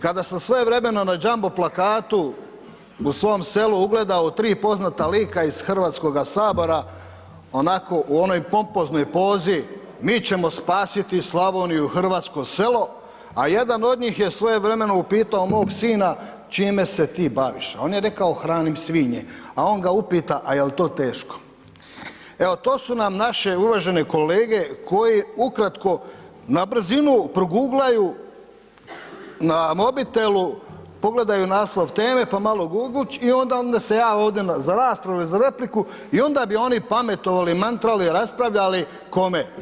Kada sam svojevremeno na jumbo plakatu u svom selu ugledao tri poznata lika iz Hrvatskoga sabora onako u onoj pompoznoj pozi, mi ćemo spasiti Slavoniju i hrvatsko selo, a jedna od njih je svojevremeno upitao mog sina čime se ti baviš a on je rekao hranim svinje, a on ga upita a jel to teško, evo to su nam naše uvažene kolege koji ukratko na brzinu proguglaju na mobitelu, pogledaju naslov teme pa malo guglaju i onda se jave ovdje za raspravu i za repliku i onda bi oni pametovali, mantrali, raspravljali, kome?